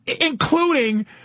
including